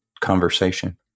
conversation